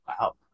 Wow